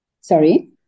Sorry